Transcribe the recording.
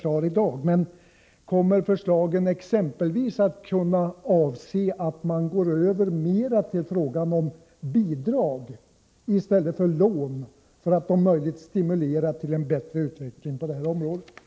Kan förslagen exempelvis innebära att man går över mer till bidrag i stället för lån, för att om möjligt stimulera till ett bättre utnyttjande av möjligheterna på detta område?